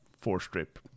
four-strip